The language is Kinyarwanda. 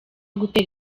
gutera